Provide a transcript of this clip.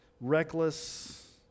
reckless